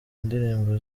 indirimbo